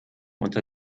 unter